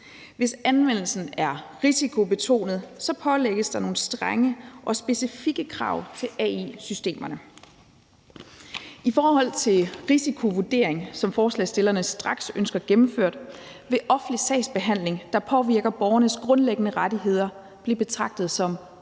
Hvis anvendelsen er risikobetonet, pålægges der nogle strenge og specifikke krav til AI-systemerne. I forhold til risikovurdering, som forslagsstillerne ønsker gennemført straks, vil offentlig sagsbehandling, der påvirker borgernes grundlæggende rettigheder, blive betragtet som højrisiko.